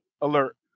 alert